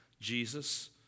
Jesus